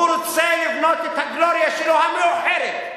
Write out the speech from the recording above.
הוא רוצה לבנות את ה"גלוריה" שלו המאוחרת.